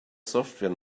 software